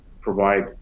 provide